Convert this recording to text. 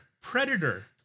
predator